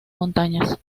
montañas